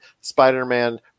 spider-man